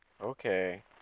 okay